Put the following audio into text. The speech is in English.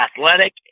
athletic